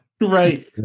right